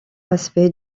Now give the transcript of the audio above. aspects